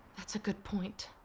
that's a good point.